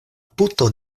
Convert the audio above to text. puto